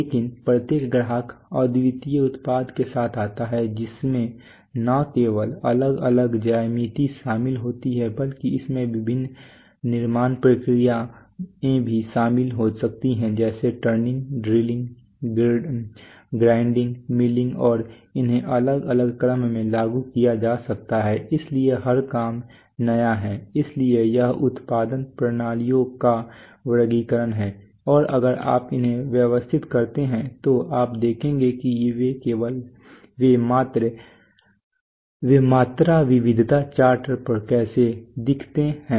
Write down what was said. लेकिन प्रत्येक ग्राहक अद्वितीय उत्पाद के साथ आता है जिसमें न केवल अलग अलग ज्यामिति शामिल होती हैं बल्कि इसमें विभिन्न निर्माण प्रक्रियाएं भी शामिल हो सकती हैं जैसे टर्निंग ड्रिलिंग ग्राइंडिंग मिलिंग और उन्हें अलग अलग क्रम में लागू किया जा सकता है इसलिए हर काम नया है इसलिए यह उत्पादन प्रणालियों का वर्गीकरण है और अगर आप उन्हें व्यवस्थित करते हैं तो आप देखेंगे कि वे मात्रा विविधता चार्ट पर कैसे दिखते हैं